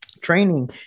Training